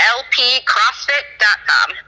lpcrossfit.com